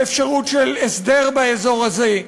באפשרות של הסדר באזור הזה.